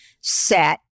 set